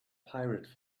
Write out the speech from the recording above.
pirate